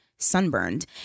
sunburned